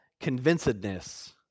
convincedness